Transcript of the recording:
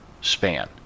span